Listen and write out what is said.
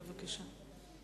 בבקשה.